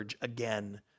again